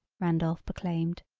randolph proclaimed.